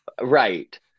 Right